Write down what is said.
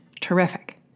terrific